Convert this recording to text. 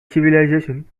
civilization